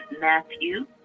Matthew